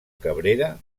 cabrera